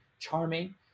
charming